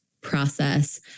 process